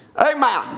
Amen